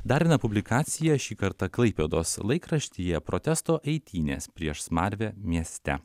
dar viena publikacija šį kartą klaipėdos laikraštyje protesto eitynės prieš smarvę mieste